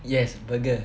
yes burger